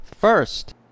First